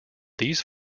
these